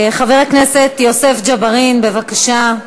חבר הכנסת יוסף ג'בארין, בבקשה,